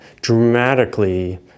dramatically